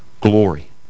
glory